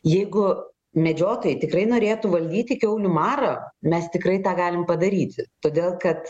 jeigu medžiotojai tikrai norėtų valdyti kiaulių marą mes tikrai tą galim padaryti todėl kad